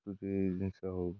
କିଛି ଜିନିଷ ହଉ